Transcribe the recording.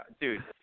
dude